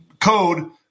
code